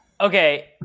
Okay